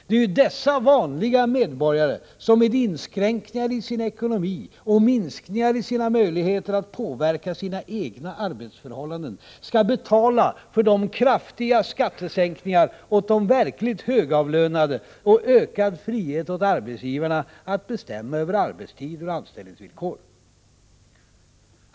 Det är dessa vanliga medborgare som med inskränkningar i sin ekonomi och minskningar i sina möjligheter att påverka sina egna arbetsförhållanden skall betala för kraftiga skattesänkningar åt de verkligt högavlönade och ökad frihet åt arbetsgivarna att bestämma över arbetstider och anställningsvillkor.